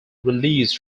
reliefs